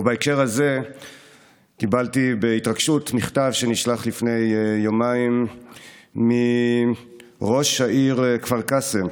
ובהקשר הזה קיבלתי בהתרגשות מכתב שנשלח לפני יומיים מראש העיר כפר קאסם,